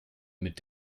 mit